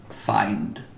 find